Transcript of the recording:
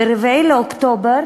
ב-4 באוקטובר